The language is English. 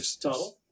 Total